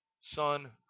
son